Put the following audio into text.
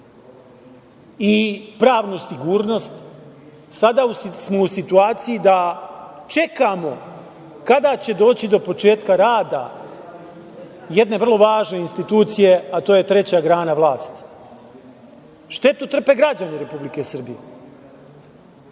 i pravnu sigurnost, sada smo u situaciji da čekamo kada će doći do početka rada jedne vrlo važne institucije, a to je treća građana vlasti. Štetu trpe građani Republike Srbije.